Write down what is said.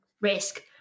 risk